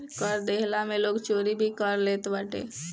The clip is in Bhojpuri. कर देहला में लोग चोरी भी कर लेत बाटे